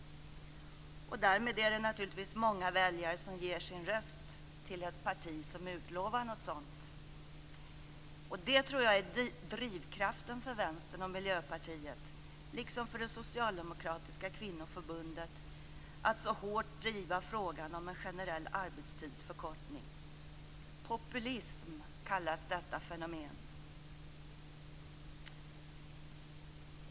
Därmed är det naturligtvis många väljare som ger sin röst till ett parti som utlovar något sådant. Det tror jag är drivkraften för Vänstern och Miljöpartiet, liksom för det socialdemokratiska kvinnoförbundet, att så hårt driva frågan om en generell arbetstidsförkortning. Populism kallas detta fenomen.